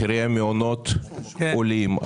מחירי המעונות עולים,